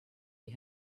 you